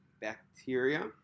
bacteria